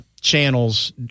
channels